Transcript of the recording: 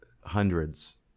Hundreds